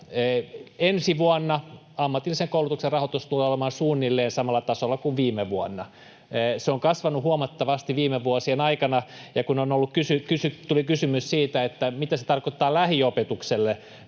Ensi vuonna ammatillisen koulutuksen rahoitus tulee olemaan suunnilleen samalla tasolla kuin viime vuonna. Se on kasvanut huomattavasti viime vuosien aikana. Kun tuli kysymys siitä, mitä se tarkoittaa lähiopetukselle,